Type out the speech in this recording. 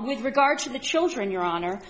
with regard to the children your honor